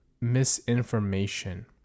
misinformation